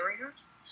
barriers